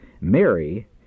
Mary